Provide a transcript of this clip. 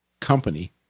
Company